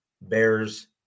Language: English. Bears